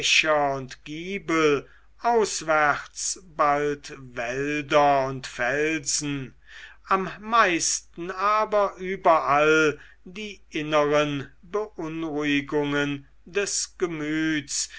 und giebel auswärts bald wälder und felsen am meisten aber überall die inneren beunruhigungen des gemüts